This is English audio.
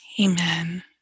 Amen